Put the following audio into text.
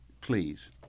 please